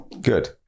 good